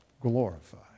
glorified